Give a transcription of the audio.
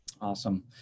Awesome